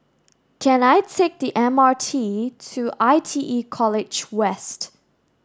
can I take the M R T to I T E College West